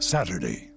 Saturday